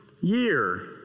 year